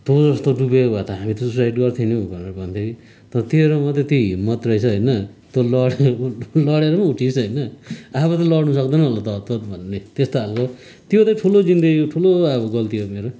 तँ जस्तो डुबेको भए त हामी सुसाइड गर्थ्यौँ नि हौ भनेर भन्थे तर तेरोमा त त्यो हिम्मत रहेछ होइन तँ लडेको लडेर पनि उठिस् होइन अब त लड्नु सक्दैन होला त हतपत भन्ने यस्तो खालको त्यो चाहिँ ठुलो जिन्दगीको ठुलो अब गल्ती हो मेरो